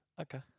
Okay